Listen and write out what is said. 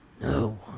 No